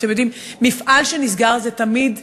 אתם יודעים, מפעל שנסגר, זה תמיד כואב,